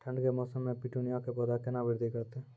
ठंड के मौसम मे पिटूनिया के पौधा केना बृद्धि करतै?